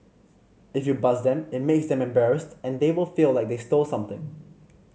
if you buzz them it makes them embarrassed and they will feel like they stole something